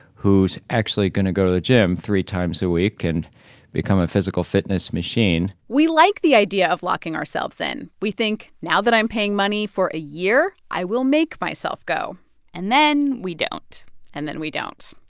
who's actually going to go to the gym three times a week and become a physical fitness machine we like the idea of locking ourselves in. we think now that i'm paying money for a year, i will make myself go and then we don't and then we don't.